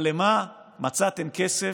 אבל למה מצאתם כסף?